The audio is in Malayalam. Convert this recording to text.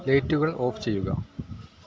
ലൈറ്റുകൾ ഓഫ് ചെയ്യുക